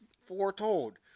foretold